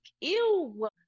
ew